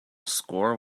score